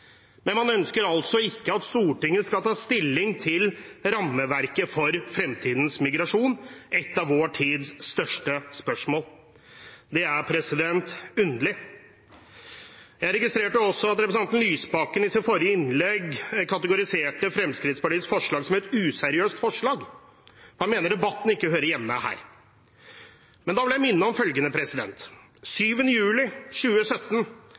men man ønsker altså ikke at Stortinget skal ta stilling til rammeverket for fremtidens migrasjon, et av vår tids største spørsmål. Det er underlig. Jeg registrerte også at representanten Lysbakken i sitt forrige innlegg karakteriserte Fremskrittspartiets forslag som et useriøst forslag. Han mener debatten ikke hører hjemme her. Men da vil jeg minne om følgende: Den 7. juli 2017